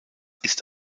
ist